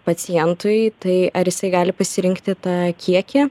pacientui tai ar jisai gali pasirinkti tą kiekį